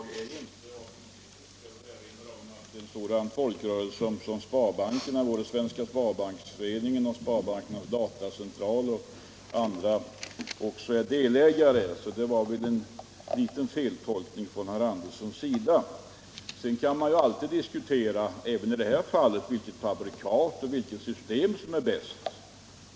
Herr talman! Något statligt företag är inte AB ID-kort; både Svenska sparbanksföreningen genom Sparbankernas datacentraler AB och andra är delägare. Man kan alltid diskutera vilket fabrikat och vilket system som är bäst.